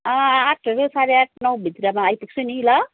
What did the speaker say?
ठिकै आठ साढे आठ नौभित्रमा आइपुग्छु नि ल